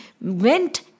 went